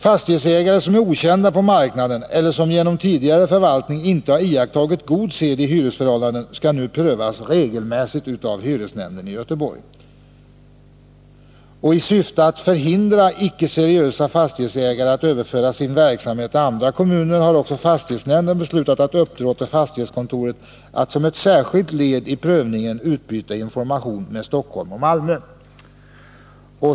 Fastighetsägare som är okända på marknaden eller som genom tidigare förvaltning inte har iakttagit god sed i hyresförhållanden skall nu prövas regelmässigt av hyresnämnden i Göteborg. I syfte att förhindra icke-seriösa fastighetsägare att överföra sin verksamhet till andra kommuner har också fastighetshämnden beslutat att uppdra åt fastighetskontoret att som ett särskilt led i prövningen utbyta information med Stockholm och Malmö.